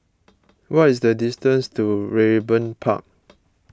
what is the distance to Raeburn Park